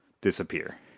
disappear